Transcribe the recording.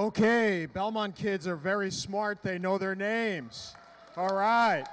ok belmont kids are very smart they know their names all ride